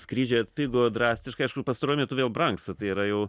skrydžiai atpigo drastiškai aišku pastaruoju metu vėl brangsta tai yra jau